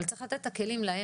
אבל צריך לתת את הכלים להם.